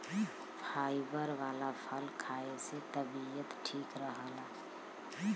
fibre वाला फल खाए से तबियत ठीक रहला